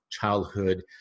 childhood